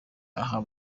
aho